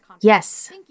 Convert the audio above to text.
yes